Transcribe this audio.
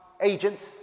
agents